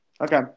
Okay